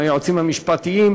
עם היועצים המשפטיים.